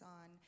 on